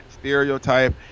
stereotype